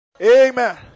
amen